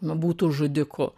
nu būtų žudiku